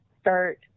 start